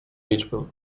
liczbę